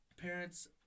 parents